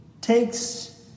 takes